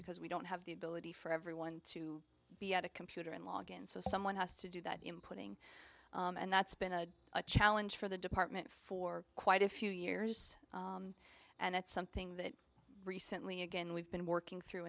because we don't have the ability for everyone to be at a computer and logon so someone has to do that in putting and that's been a challenge for the department for quite a few years and it's something that recently again we've been working through